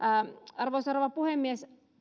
arvoisa rouva puhemies